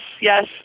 yes